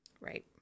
Right